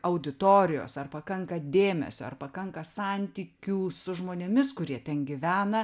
auditorijos ar pakanka dėmesio ar pakanka santykių su žmonėmis kurie ten gyvena